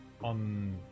on